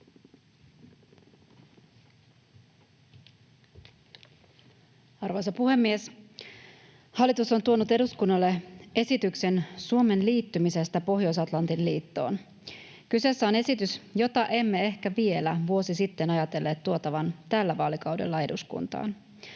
Arvoisa puhemies! Hallitus on tuonut eduskunnalle esityksen Suomen liittymisestä Pohjois-Atlantin liittoon. Kyseessä on esitys, jota emme ehkä vielä vuosi sitten ajatelleet tuotavan tällä vaalikaudella eduskuntaan.